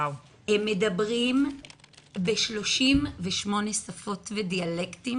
הם מדברים ב-38 שפות ודיאלקטים